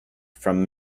from